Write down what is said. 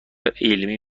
علمی